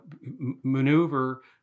maneuver